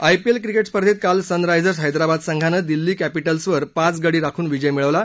IPL cricket स्पर्धेत काल Sunrisers Hyderabad संघानं दिल्ली कॅपिटल्सवर पाच गडी राखून विजय मिळवला